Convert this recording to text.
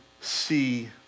see